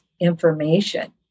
information